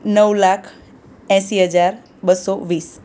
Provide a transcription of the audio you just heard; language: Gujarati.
નવ લાખ એંશી હજાર બસો વીસ